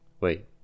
Wait